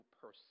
person